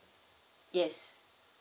yes